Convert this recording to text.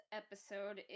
episode